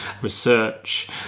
research